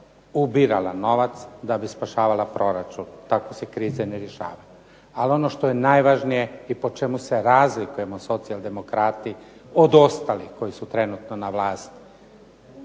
ubirala novac da bi spašavala proračun. Tako se krize ne rješavaju. Ali ono što je najvažnije i po čemu se razlikujemo socijaldemokrati od ostalih koji su trenutno na vlasti,